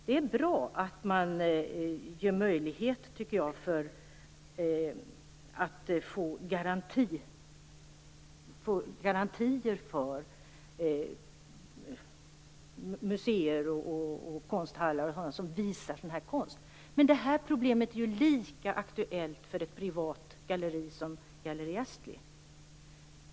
Det är bra att museer och konsthallar och andra som visar sådan här konst får möjligheten till garantier, men problemet är ju lika aktuellt för ett privat galleri och för Galleri Astley.